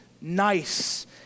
nice